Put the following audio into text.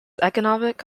economic